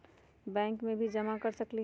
Bank में भी जमा कर सकलीहल?